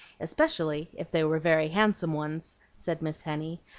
especially if they were very handsome ones, said miss henny,